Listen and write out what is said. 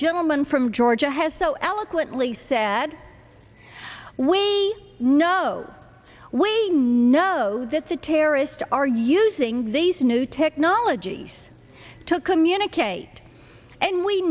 gentleman from georgia has so eloquently said we know we know that the terrorist are using these new technologies to communicate and we